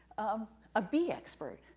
um a bee expert?